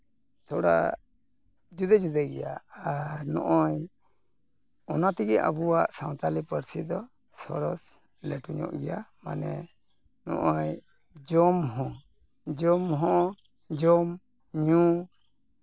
ᱛᱷᱚᱲᱟ ᱡᱩᱫᱟᱹ ᱡᱩᱫᱟᱹ ᱜᱮᱭᱟ ᱟᱨ ᱱᱚᱜᱼᱚᱸᱭ ᱚᱱᱟ ᱛᱮᱜᱮ ᱟᱵᱚᱣᱟᱜ ᱥᱟᱱᱛᱟᱲᱤ ᱯᱟᱹᱨᱥᱤ ᱫᱚ ᱥᱚᱨᱚᱥ ᱞᱟᱹᱴᱩ ᱧᱚᱜ ᱜᱮᱭ ᱢᱟᱱᱮ ᱱᱚᱜᱼᱚᱸᱭ ᱡᱚᱢ ᱦᱚᱸ ᱡᱚᱢ ᱦᱚᱸ ᱡᱚᱢᱼᱧᱩ